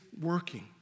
working